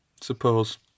Suppose